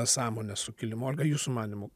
sąmonę sukilimo olga jūsų manymu